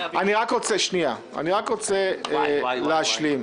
אני רק רוצה להשלים.